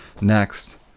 next